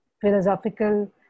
philosophical